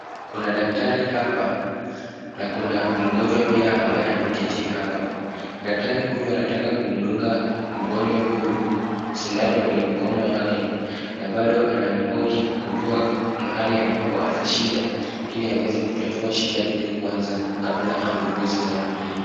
Kuna daktari hapa, na kuna mgonjwa pia ambaye ameketi hapa. Daktari huyu anataka kumdunga mgonjwa huyu sindano kwenye mkono wake, na bado anamhoji kujua mahali ambapo ana shida, ili aweze kutatua shida hilo kwanza, kabla amdunge sindano hilo.